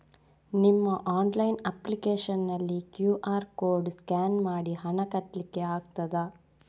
ನಿಮ್ಮ online application ನಲ್ಲಿ QR code scan ಮಾಡಿ ಹಣ ಕಟ್ಲಿಕೆ ಆಗ್ತದ?